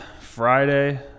Friday